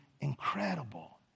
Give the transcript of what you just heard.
incredible